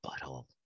butthole